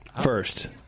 First